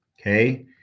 Okay